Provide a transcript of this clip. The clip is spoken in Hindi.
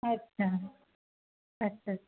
अच्छा अच्छा अच्छा